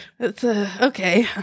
okay